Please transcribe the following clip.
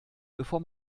bevor